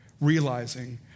realizing